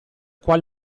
qual